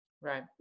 Right